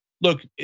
look